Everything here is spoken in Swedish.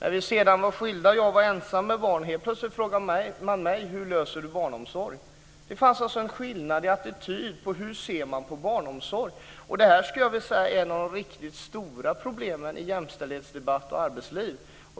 När vi sedan hade skilts och jag var ensam med barn frågade man mig helt plötsligt hur jag klarade barnomsorgen. Det finns alltså en attitydskillnad i synen på barnomsorgen. Jag skulle vilja säga att det här är ett av de riktigt stora problemen i jämställdhetsdebatt och arbetsliv.